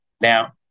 Now